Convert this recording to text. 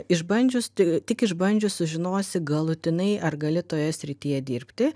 išbandžius ti tik išbandžius sužinosi galutinai ar gali toje srityje dirbti